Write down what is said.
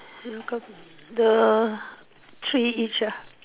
the three each ah